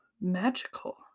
magical